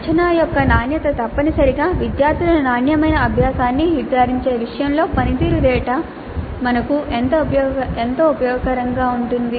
అంచనా యొక్క నాణ్యత తప్పనిసరిగా విద్యార్థుల నాణ్యమైన అభ్యాసాన్ని నిర్ధారించే విషయంలో పనితీరు డేటా మాకు ఎంత ఉపయోగకరంగా ఉంటుంది